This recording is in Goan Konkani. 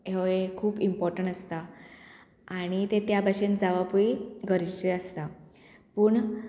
हो एक खूब इम्पोर्टंट आसता आणी तें त्या भाशेन जावपूय गरजेचें आसता पूण